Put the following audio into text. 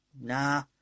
Nah